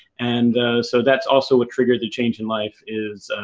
and so, that's also what triggered the change in life, is